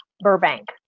Burbank